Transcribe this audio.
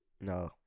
No